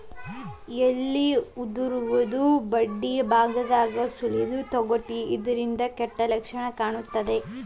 ಎಲಿ ಉದುರುದು ಬಡ್ಡಿಬಾಗದಾಗ ಸುಲಿದ ತೊಗಟಿ ಇದರಿಂದ ಕೇಟ ಲಕ್ಷಣ ಕಂಡಬರ್ತೈತಿ